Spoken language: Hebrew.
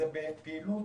זה בפעילות